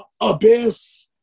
Abyss